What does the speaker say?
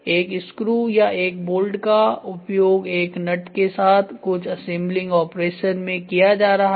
एक स्क्रू या एक बोल्ट का उपयोग एक नट के साथ कुछ असेंबलिंग ऑपरेशन में किया जा रहा है